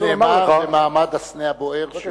זה נאמר במעמד הסנה הבוער שהוא,